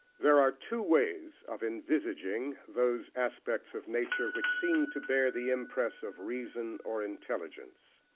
there are two ways of envisaging those aspects of nature which seem to bear the impress of reason or intelligence.